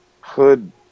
Hood